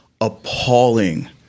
appalling